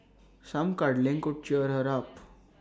some cuddling could cheer her up